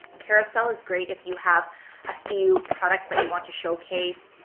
carousel is great if you have a few products that you want to showcase.